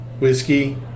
whiskey